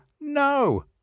no